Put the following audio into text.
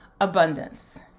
Abundance